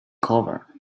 cover